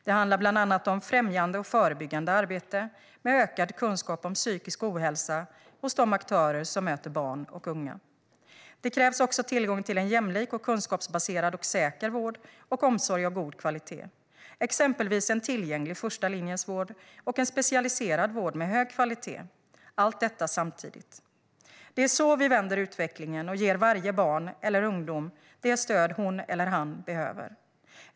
Det handlar bland annat om främjande och förebyggande arbete med ökad kunskap om psykisk ohälsa hos de aktörer som möter barn och unga. Det krävs också tillgång till en jämlik, kunskapsbaserad och säker vård och omsorg av god kvalitet, exempelvis en tillgänglig första linjens vård och en specialiserad vård med hög kvalitet - allt detta samtidigt. Det är på det sättet vi vänder utvecklingen och ger varje barn eller ungdom det stöd hon eller han behöver.